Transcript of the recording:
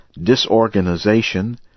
disorganization